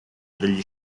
degli